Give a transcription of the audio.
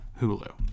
hulu